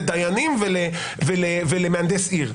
לדיינים ולמהנדס עיר.